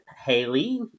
Haley